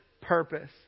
purpose